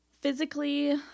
Physically